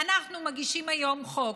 אנחנו מגישים היום הצעת חוק,